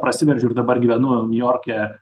prasiveržiau ir dabar gyvenu niujorke